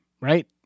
right